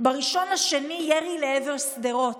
ב-1 בפברואר, ירי לעבר שדרות,